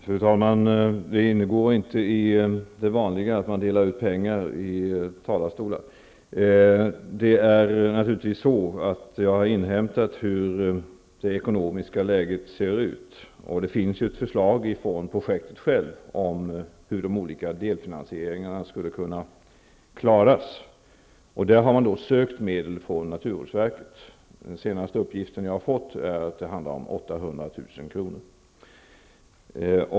Fru talman! Det hör inte till det vanliga att man delar ut pengar i talarstolar. Jag har naturligtvis inhämtat uppgifter om hur det ekonomiska läget ser ut, och det finns ett förslag inom projektet om hur de olika delfinansieringarna skall kunna klaras av. Man har sökt medel från naturvårdsverket. Den senaste uppgiften jag har fått är att det handlar om 800 000 kr.